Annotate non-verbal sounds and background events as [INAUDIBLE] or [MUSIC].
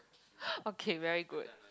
[BREATH] okay very good